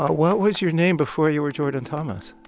ah what was your name before you were jordan thomas?